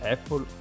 Apple